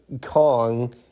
Kong